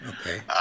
Okay